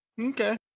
Okay